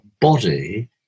body